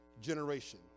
generation